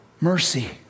mercy